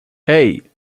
hey